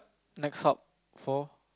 next sup for